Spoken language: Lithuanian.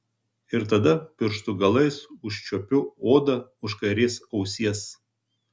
ir tada pirštų galais užčiuopiu odą už kairės ausies